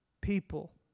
people